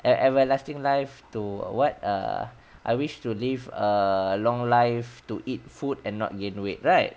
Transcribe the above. an everlasting life to what err I wish to live a long life to eat food and not gain weight right